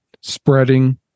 spreading